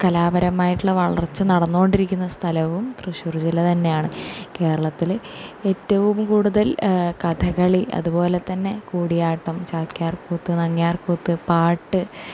കലാപരമായിട്ടുള്ള വളർച്ച നടന്നു കൊണ്ടിരിക്കുന്ന സ്ഥലവും തൃശ്ശൂർ ജില്ല തന്നെയാണ് കേരളത്തിലെ ഏറ്റവും കൂടുതൽ കഥകളി അതുപോലെതന്നെ കൂടിയാട്ടം ചാക്യാർകൂത്ത് നങ്ങ്യാർക്കൂത്ത് പാട്ട്